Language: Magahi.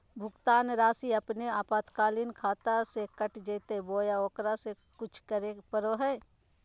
भुक्तान रासि अपने आपातकालीन खाता से कट जैतैय बोया ओकरा ले कुछ करे परो है?